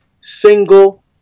single